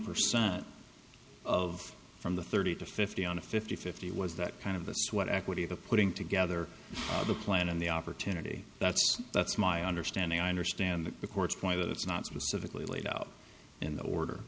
percent of from the thirty to fifty on a fifty fifty was that kind of a sweat equity the putting together of the plan and the opportunity that's that's my understanding i understand the court's point that it's not specifically laid out in the order